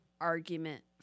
argument